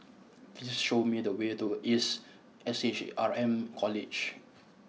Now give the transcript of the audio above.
please show me the way to Ace S H R M College